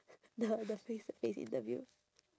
the the face to face interview